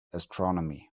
astronomy